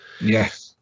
Yes